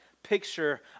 picture